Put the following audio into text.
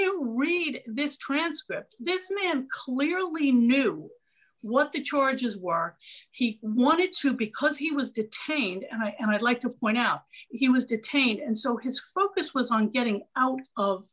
you read this transcript this man clearly knew what the charges were he wanted to because he was detained and i and i'd like to point out he was detained and so his focus was on getting out